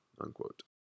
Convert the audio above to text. unquote